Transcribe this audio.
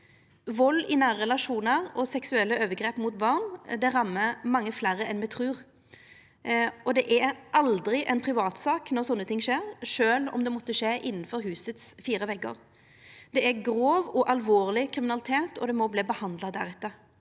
Vald i nære relasjonar og seksuelle overgrep mot barn rammar mange fleire enn me trur. Det er aldri ei privatsak når slike ting skjer, sjølv om det måtte skje innanfor husets fire veggar. Det er grov og alvorleg kriminalitet, og ein må behandla det deretter.